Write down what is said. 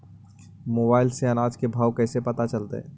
Mobile से अनाज के भाव कैसे पता चलतै?